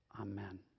amen